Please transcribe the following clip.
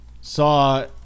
saw